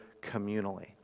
communally